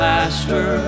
Master